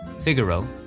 figaro,